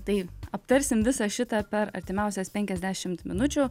tai aptarsim visą šitą per artimiausias penkiasdešimt minučių